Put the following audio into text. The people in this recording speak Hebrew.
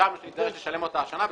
חשבנו שנצטרך לשלם אותה השנה.